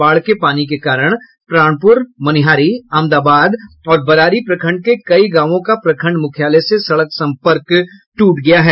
बाढ़ के पानी के कारण प्राणपुर मनिहारी अमदाबाद और बरारी प्रखंड के कई गांवों का प्रखंड मुख्यालय से सड़क संपर्क टूट गया है